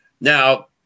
Now